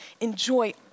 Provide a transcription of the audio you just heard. enjoy